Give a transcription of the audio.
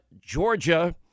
Georgia